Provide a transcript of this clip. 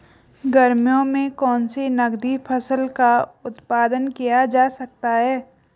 गर्मियों में कौन सी नगदी फसल का उत्पादन किया जा सकता है?